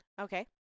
Okay